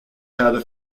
how